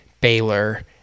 Baylor